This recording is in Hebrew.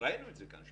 ראינו את זה כאן,